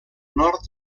nord